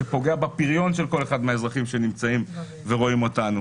שפוגע בפריון של כל אחד מהאזרחים שרואים אותנו.